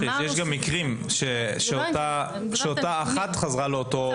יש גם מקרים שאותה אחת חזרה לאותו מקום.